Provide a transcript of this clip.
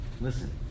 listen